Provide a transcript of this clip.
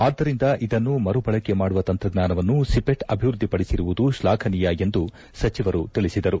ಅದ್ದರಿಂದ ಇದನ್ನು ಮರುಬಳಕೆ ಮಾಡುವ ತಂತ್ರಜ್ಞಾನವನ್ನು ಸಿಪೆಟ್ ಅಭಿವೃದ್ದಿಪಡಿಸಿರುವುದು ಶ್ಲಾಘನೀಯ ಎಂದು ಸಚಿವರು ತಿಳಿಸಿದರು